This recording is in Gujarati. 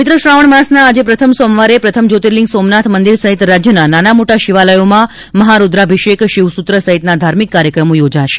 પવિત્ર શ્રાવણ માસના આજે પ્રથમ સોમવારે પ્રથમ જ્યોતિર્લિંગ સોમનાથ મંદિર સહિત રાજ્યના નાના મોટા શિવાલયોમાં મહારૂદ્રાભિષેક શિવ સૂત્ર સહિતના ધાર્મિક કાર્યક્રમો યોજાશે